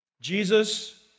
Jesus